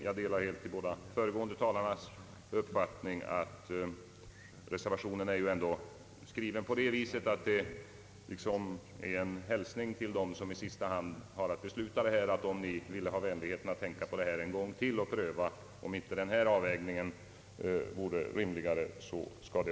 Jag delar helt de båda föregående talarnas uppfattning att reservationen ändå är skriven som en hälsning till dem som i sista hand har att besluta, att de ville ha vänligheten att tänka på detta en gång till och pröva om inte denna avvägning vore rimligare.